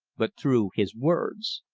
but through his words.